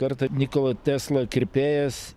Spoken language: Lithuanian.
kartą nikolo tesla kirpėjas